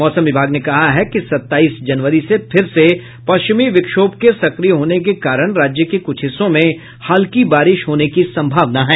मौसम विभाग ने कहा है कि सताईस जनवरी से फिर से पश्चिमी विक्षोम के सक्रिय होने के कारण राज्य के कुछ हिस्सों में हल्की बारिश होने की संभावना है